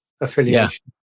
affiliation